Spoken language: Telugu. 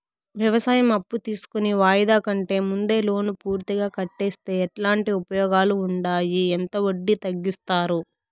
వ్యవసాయం అప్పు తీసుకొని వాయిదా కంటే ముందే లోను పూర్తిగా కట్టేస్తే ఎట్లాంటి ఉపయోగాలు ఉండాయి? ఎంత వడ్డీ తగ్గిస్తారు?